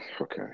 okay